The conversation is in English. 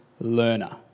learner